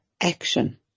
action